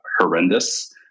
horrendous